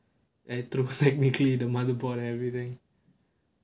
eh true technically the motherboard and everything